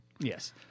Yes